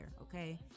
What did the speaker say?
okay